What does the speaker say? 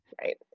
Right